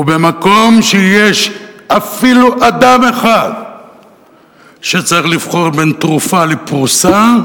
ובמקום שיש אפילו אדם אחד שצריך לבחור בין תרופה לפרוסה,